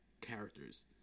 Characters